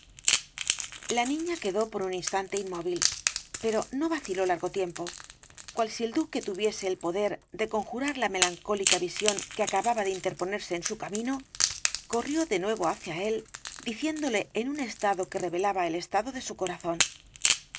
la niña quedó por un instante inmóvil pero no vaciló largo tiempo cual si el duque tuviese el poder de conjurar la melancólica visión que acababa de interponerse en su camino corrió de nuevo hacia él diciéndole en un estado que revelaba el estado de su corazón